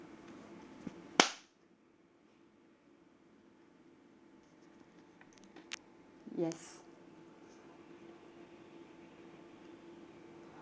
yes